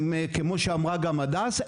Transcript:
כמו שאמרה הדס,